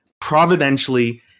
providentially